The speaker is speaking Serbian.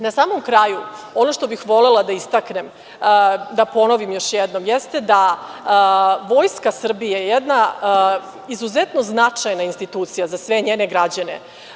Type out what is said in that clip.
Na samom kraju ono što bih volela da istaknem, da pomenem još jednom, jeste da je Vojska Srbije jedna izuzetno značajna institucija za sve njene građane.